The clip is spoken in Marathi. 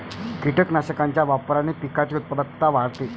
कीटकनाशकांच्या वापराने पिकाची उत्पादकता वाढते